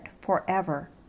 forever